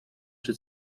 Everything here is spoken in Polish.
czy